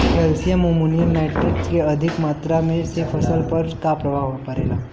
Calcium ammonium nitrate के अधिक मात्रा से फसल पर का प्रभाव परेला?